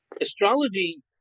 astrology